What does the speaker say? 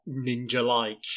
ninja-like